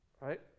right